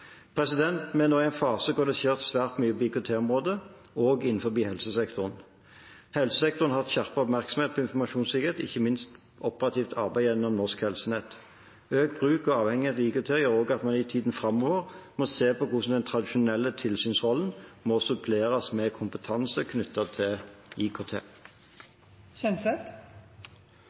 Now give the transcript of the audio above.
nå i en fase hvor det skjer svært mye på IKT-området, også innenfor helsesektoren. Helsesektoren har hatt skjerpet oppmerksomhet på informasjonssikkerhet, ikke minst operativt gjennom arbeidet i Norsk Helsenett. Økt bruk og avhengighet av IKT gjør også at man i tiden framover må se på hvordan den tradisjonelle tilsynsrollen må suppleres med kompetanse knyttet til IKT.